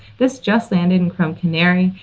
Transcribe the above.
this just land in chrome canary.